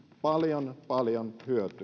paljon paljon